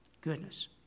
goodness